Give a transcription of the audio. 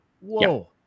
whoa